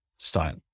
style